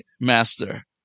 master